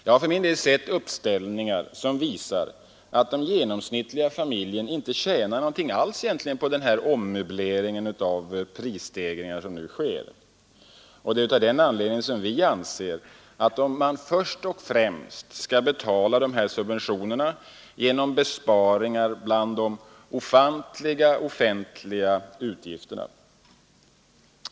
Jag har sett uppställningar som visar att den genomsnittliga familjen egentligen inte tjänar något alls på den ommöblering av prisstegringar som nu sker. Det är av den anledningen vi anser att man först och främst skall betala de här subventionerna genom besparingar bland de ofantliga offentliga utgifterna.